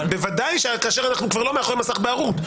בוודאי כאשר אנחנו כבר לא מאחורי מסך בערות.